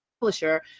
publisher